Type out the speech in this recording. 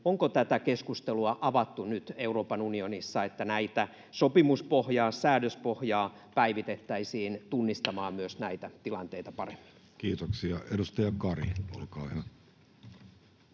onko tätä keskustelua avattu nyt Euroopan unionissa, että näitä, sopimuspohjaa ja säädöspohjaa, päivitettäisiin tunnistamaan paremmin myös näitä tilanteita? Kiitoksia. — Edustaja Kari, olkaa hyvä.